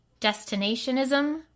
destinationism